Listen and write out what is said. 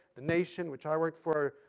the nation, which i worked for,